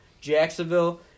Jacksonville